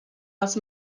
els